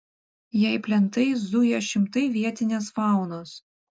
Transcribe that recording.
jei plentais zuja šimtai vietinės faunos